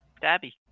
Dabby